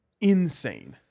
insane